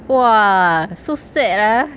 !wah! so sad ah